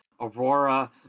Aurora